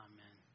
Amen